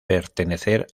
pertenecer